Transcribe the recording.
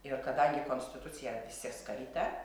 ir kadangi konstitucija visi skaitę